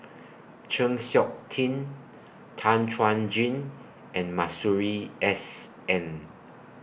Chng Seok Tin Tan Chuan Jin and Masuri S N